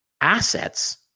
assets